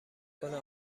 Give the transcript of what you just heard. کنه